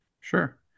Sure